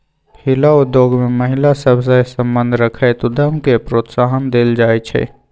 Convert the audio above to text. हिला उद्योग में महिला सभ सए संबंध रखैत उद्यम के प्रोत्साहन देल जाइ छइ